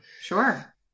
Sure